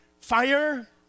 fire